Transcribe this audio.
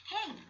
Hey